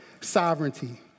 sovereignty